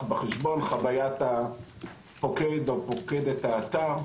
בחשבון: חווית פוקד או פוקדת האתר,